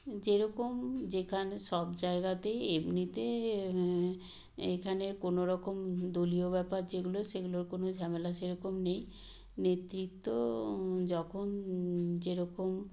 যেরকম যেখানে সব জায়গাতেই এমনিতে এখানের কোনরকম দলীয় ব্যাপার যেগুলো সেগুলোর কোনো ঝামেলা সেরকম নেই নেতৃত্ব যখন যেরকম